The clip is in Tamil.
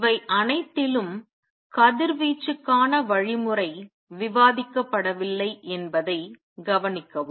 இவை அனைத்திலும் கதிர்வீச்சுக்கான வழிமுறை விவாதிக்கப்படவில்லை என்பதை கவனிக்கவும்